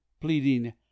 pleading